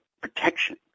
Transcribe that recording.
protection